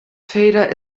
vader